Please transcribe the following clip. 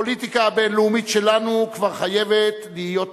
הפוליטיקה הבין-לאומית שלנו כבר חייבת להיות מוסרית.